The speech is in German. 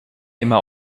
immer